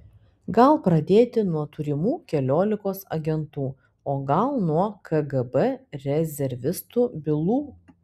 gal pradėti nuo turimų keliolikos agentų o gal nuo kgb rezervistų bylų